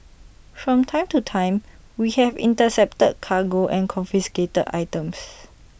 from time to time we have intercepted cargo and confiscated items